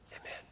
Amen